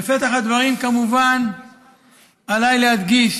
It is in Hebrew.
בפתח הדברים כמובן עליי להדגיש